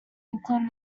including